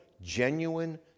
genuine